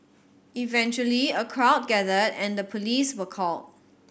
eventually a crowd gathered and the police were called